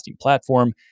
platform